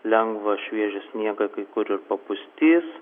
lengvą šviežią sniegą kai kur ir papustys